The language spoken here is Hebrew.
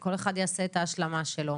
וכל אחד יעשה את ההשלמה שלו,